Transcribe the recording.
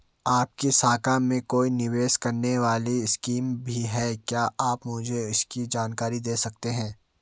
आपकी शाखा में कोई निवेश करने वाली स्कीम भी है क्या आप मुझे इसकी जानकारी दें सकते हैं?